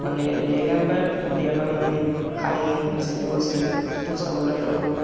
মানে leg umpire দিয়া হয় মানে হাই ন' যিটো আছে সেইটো চাবলৈ আৰু